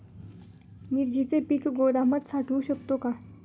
मिरचीचे पीक गोदामात साठवू शकतो का?